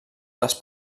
les